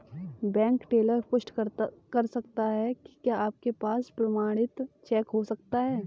Bank teller पुष्टि कर सकता है कि क्या आपके पास प्रमाणित चेक हो सकता है?